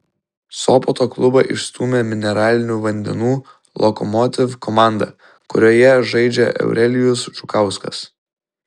sopoto klubą išstūmė mineralinių vandenų lokomotiv komanda kurioje žaidžia eurelijus žukauskas